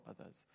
others